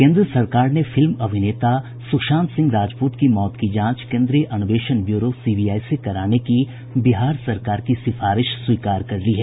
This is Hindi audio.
केंद्र सरकार ने अभिनेता सुशांत सिंह राजपूत की मौत की जांच केंद्रीय अन्वेषण ब्यूरो सीबीआई से कराने की बिहार सरकार की सिफारिश स्वीकार कर ली है